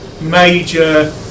major